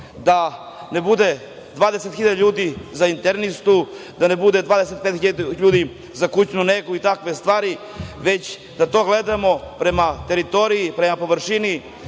da ne bude 20.000 ljudi za internistu, da ne bude 25.000 ljudi za kućnu negu i takve stvari, već da to gledamo prema teritoriji, prema površini,